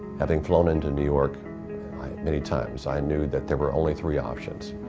having flown into new york many times, i knew that there were only three options.